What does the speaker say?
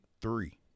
Three